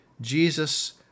Jesus